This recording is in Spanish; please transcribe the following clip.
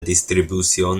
distribución